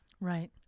Right